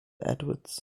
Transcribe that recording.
edwards